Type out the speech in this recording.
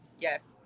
yes